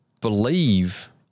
believe